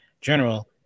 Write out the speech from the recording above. General